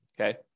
Okay